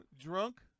drunk